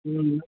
ହୁଁ